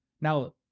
now-